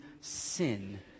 sin